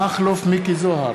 מכלוף מיקי זוהר,